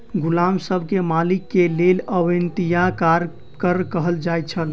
गुलाम सब के मालिक के लेल अवेत्निया कार्यक कर कहल जाइ छल